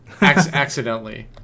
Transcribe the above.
accidentally